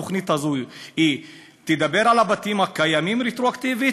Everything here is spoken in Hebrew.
האם התוכנית הזאת תדבר על הבתים הקיימים רטרואקטיבית,